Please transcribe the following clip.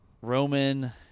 Roman